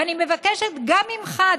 ואני מבקשת גם ממך,